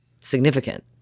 significant